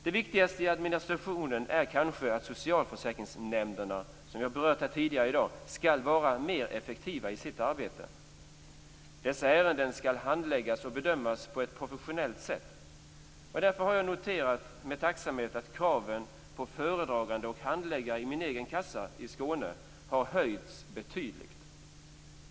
Det viktigaste i administrationen är kanske att socialförsäkringsnämnderna, som vi har berört här tidigare i dag, skall vara mer effektiva i sitt arbete. Dess ärenden skall handläggas och bedömas på ett professionellt sätt. Därför har jag med tacksamhet noterat att kraven på föredragande och handläggare i min egen kassa i Skåne har höjts betydligt.